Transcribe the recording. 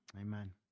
Amen